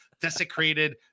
desecrated